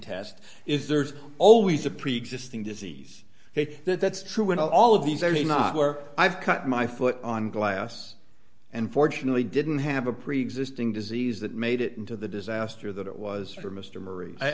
test is there's always a preexisting disease that that's true in all of these any not where i've cut my foot on glass and fortunately didn't have a preexisting disease that made it into the disaster that it was